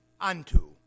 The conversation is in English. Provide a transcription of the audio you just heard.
unto